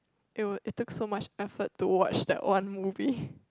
it would it took so much effort to watch that one movie